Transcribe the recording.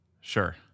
Sure